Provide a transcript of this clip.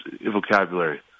vocabulary